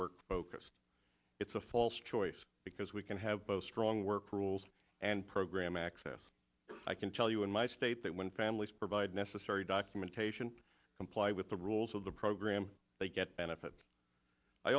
work vocus it's a false choice because we can have both strong work rules and program access i can tell you in my state that when families provide necessary documentation comply with the rules of the program they get benefit i